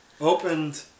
opened